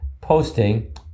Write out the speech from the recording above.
posting